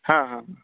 हां हां